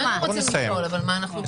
רגע, יש תור, גם אני רוצה --- אני רשומה.